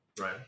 Right